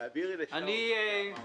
תעבירי את מה שאמרתי.